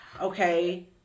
okay